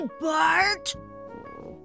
Bart